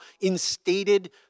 instated